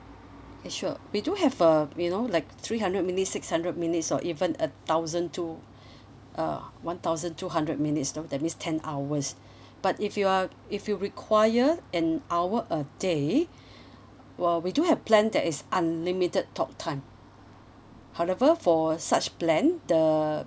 sure we do have uh you know like three hundred minutes six hundred minutes or even a thousand two uh one thousand two hundred minutes so that means ten hours but if you are if you require an hour a day uh we do have plan that is unlimited talk time however for such plan the